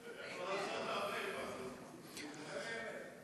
לא בוכה באמת, נכון?